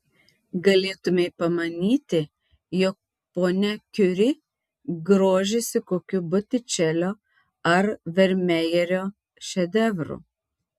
galėtumei pamanyti jog ponia kiuri grožisi kokiu botičelio ar vermejerio šedevru